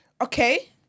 Okay